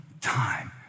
time